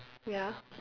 ya